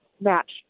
match